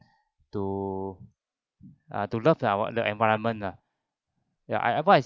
to err to love our environment ah ya I advice